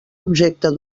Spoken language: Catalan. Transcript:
objecte